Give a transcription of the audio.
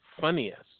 funniest